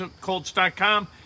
colts.com